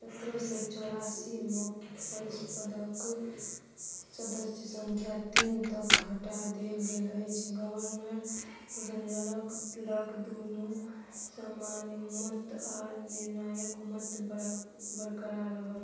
सतरह सए चौड़ासीमे परिषदक सदस्य सँख्या तीन तक घटा देल गेल आ गवर्नर जनरलक लग दुहु सामान्य मत आ निर्णायक मत बरकरार रहल